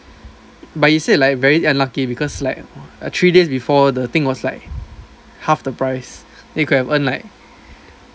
but he say like very unlucky because like three days before the thing was like half the price then you could have earned like